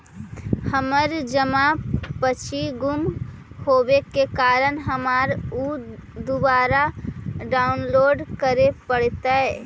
हमर जमा पर्ची गुम होवे के कारण हमारा ऊ दुबारा डाउनलोड करे पड़तई